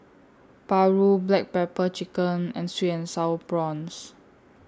Paru Black Pepper Chicken and Sweet and Sour Prawns